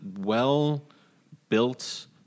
well-built